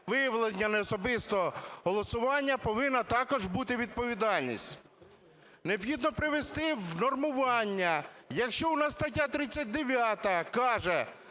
виявлення неособистого голосування, повинна також бути відповідальність". Необхідно привести в нормування. Якщо у нас стаття 39 каже: